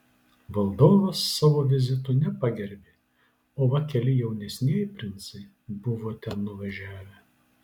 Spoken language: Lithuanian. valdovas savo vizitu nepagerbė o va keli jaunesnieji princai buvo ten nuvažiavę